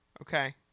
Okay